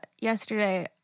yesterday